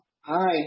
Hi